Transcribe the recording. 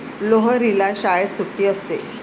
लोहरीला शाळेत सुट्टी असते